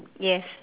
yes